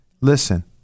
Listen